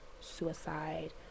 suicide